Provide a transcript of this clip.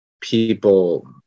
people